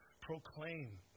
proclaim